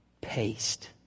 paste